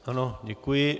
Ano, děkuji.